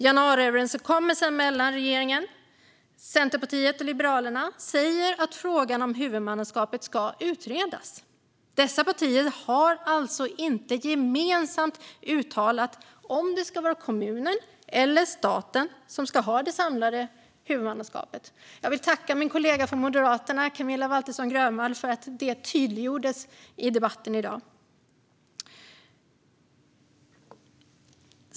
Januariöverenskommelsen mellan regeringen, Centerpartiet och Liberalerna säger att frågan om huvudmannaskapet ska utredas. Dessa partier har alltså inte gemensamt uttalat om det ska vara kommunen eller staten som ska ha det samlade huvudmannaskapet. Jag vill tacka min kollega Camilla Waltersson Grönvall från Moderaterna för att detta tydliggjordes i dagens debatt.